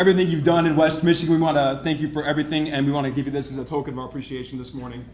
everything you've done in west michigan we want to thank you for everything and we want to give you this is a token of appreciation this morning